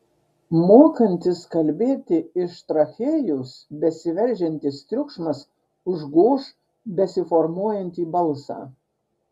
mokantis kalbėti iš trachėjos besiveržiantis triukšmas užgoš besiformuojantį balsą